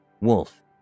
Wolf